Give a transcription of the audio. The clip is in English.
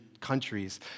countries